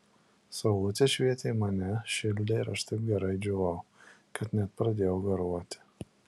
saulutė švietė į mane šildė ir aš taip gerai džiūvau kad net pradėjau garuoti